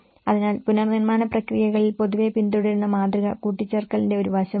അതിനാൽ പുനർനിർമ്മാണ പ്രക്രിയകളിൽ പൊതുവെ പിന്തുടരുന്ന മാതൃക കൂട്ടിച്ചേർക്കലിന്റെ ഒരു വശമാണ്